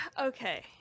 Okay